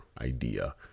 idea